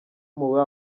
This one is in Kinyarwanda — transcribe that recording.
muri